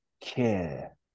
care